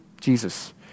Jesus